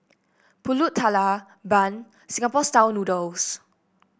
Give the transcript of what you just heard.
pulut tatal bun Singapore style noodles